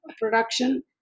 production